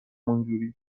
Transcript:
اونجوری